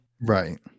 Right